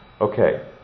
Okay